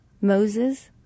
Moses